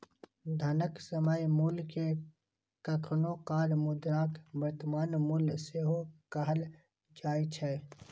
धनक समय मूल्य कें कखनो काल मुद्राक वर्तमान मूल्य सेहो कहल जाए छै